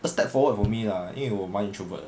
a step forward for me lah 因为我蛮 introvert 的